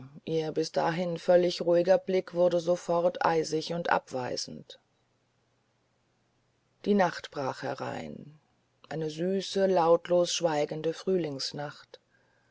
ihr bis dahin völlig ruhiger blick wurde sofort eisig und abweisend die nacht brach herein eine süße lautlos schweigende